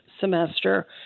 semester